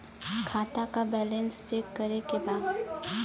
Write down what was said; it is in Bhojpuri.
खाता का बैलेंस चेक करे के बा?